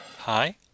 Hi